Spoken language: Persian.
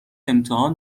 امتحان